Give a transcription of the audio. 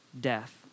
death